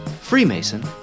Freemason